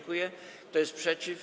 Kto jest przeciw?